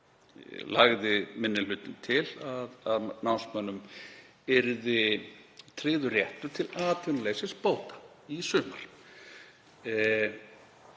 lagði minni hlutinn til að námsmönnum yrði tryggður réttur til atvinnuleysisbóta í sumar.